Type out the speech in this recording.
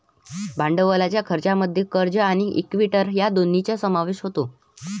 भांडवलाच्या खर्चामध्ये कर्ज आणि इक्विटी या दोन्हींचा समावेश होतो